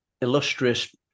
illustrious